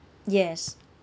yes